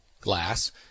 glass